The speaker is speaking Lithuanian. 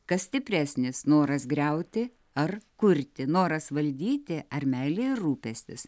kas stipresnis noras griauti ar kurti noras valdyti ar meilė rūpestis